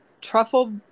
truffle